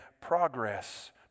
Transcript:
progress